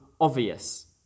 obvious